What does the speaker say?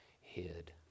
hid